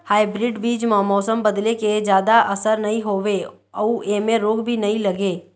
hybrid बीज म मौसम बदले के जादा असर नई होवे अऊ ऐमें रोग भी नई लगे